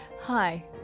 Hi